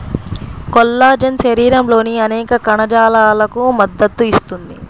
collagen శరీరంలోని అనేక కణజాలాలకు మద్దతు ఇస్తుంది